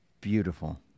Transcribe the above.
Beautiful